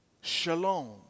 shalom